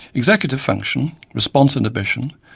executive function, response inhibition,